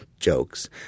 jokes